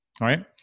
right